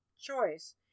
choice